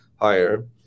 higher